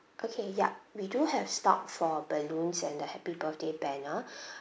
okay ya we do have stock for balloons and the happy birthday banner